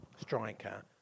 striker